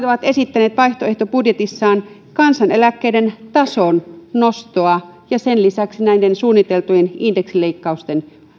ovat esittäneet vaihtoehtobudjetissaan kansaneläkkeiden tason nostoa ja sen lisäksi näiden suunniteltujen indeksileikkausten